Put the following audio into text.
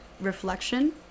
reflection